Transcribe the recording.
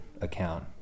account